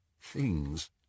Things